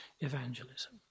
evangelism